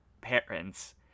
parents